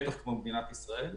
בטח כמו מדינת ישראל,